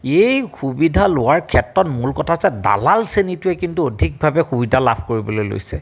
এই সুবিধা লোৱাৰ ক্ষেত্ৰত মূল কথা হৈছে দালাল শ্ৰেণীটোৱে কিন্তু অধিকভাৱে সুবিধা লাভ কৰিবলৈ লৈছে